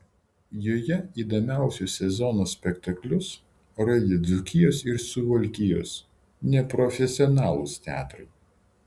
joje įdomiausius sezono spektaklius rodė dzūkijos ir suvalkijos neprofesionalūs teatrai